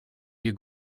you